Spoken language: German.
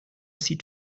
sieht